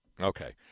Okay